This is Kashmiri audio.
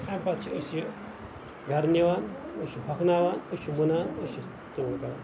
امہِ پَتہٕ چھِ أسۍ یہِ گَرٕ نِوان أسۍ چھِ ہۄکھناوان أسۍ چھِ مٕنان أسۍ چھِ